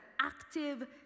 active